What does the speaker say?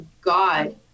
God